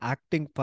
Acting